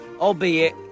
albeit